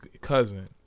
cousin